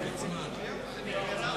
דקות.